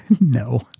No